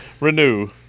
renew